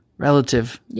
Relative